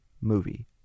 movie